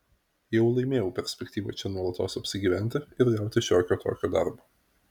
jau laimėjau perspektyvą čia nuolatos apsigyventi ir gauti šiokio tokio darbo